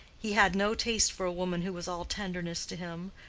he had no taste for a woman who was all tenderness to him,